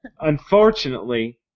unfortunately